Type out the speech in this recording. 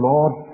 Lord